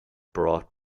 brought